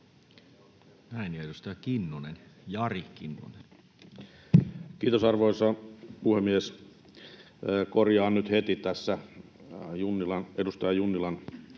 Edustaja Kinnunen, Jari Kinnunen. Kiitos, arvoisa puhemies! Korjaan nyt heti tässä edustaja Junnilaa: Me